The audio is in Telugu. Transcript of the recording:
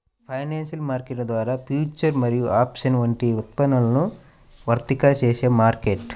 ఫైనాన్షియల్ మార్కెట్ ద్వారా ఫ్యూచర్స్ మరియు ఆప్షన్స్ వంటి ఉత్పన్నాలను వర్తకం చేసే మార్కెట్